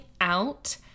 out